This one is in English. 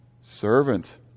servant